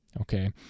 okay